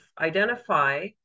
identify